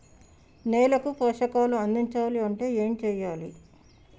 నేలకు పోషకాలు అందించాలి అంటే ఏం చెయ్యాలి?